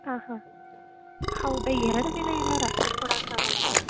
ಹಾಂ ಹಾಂ ಹೌದಾ ಎರಡು ದಿನ ಎಲ್ಲ ರಜೆ ಕೊಡಕ್ಕಾಗಲ್ಲ ಮೇಡಮ್